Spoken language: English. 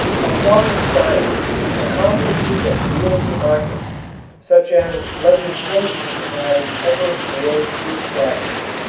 applied science accomplishes a real democracy such as legislation has ever failed to establish.